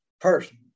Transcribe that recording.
person